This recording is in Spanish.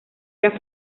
era